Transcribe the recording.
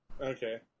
Okay